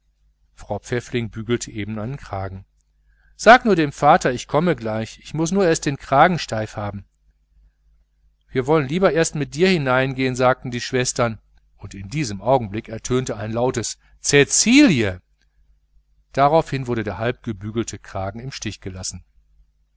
frau pfäffling bügelte eben einen kragen sagt nur dem vater ich komme gleich ich muß nur den kragen erst steif haben wir wollen lieber erst mit dir hineingehen sagten die schwestern und in diesem augenblick ertönte ein lautes cäcilie daraufhin wurde der halb gebügelte kragen im stich gelassen